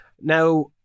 now